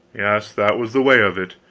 yes that was the way of it.